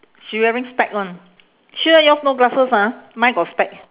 she wearing spec [one] sure yours no glasses ah mine got spec